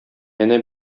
әнә